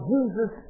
Jesus